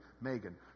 Megan